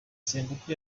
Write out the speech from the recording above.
samputu